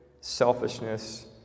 selfishness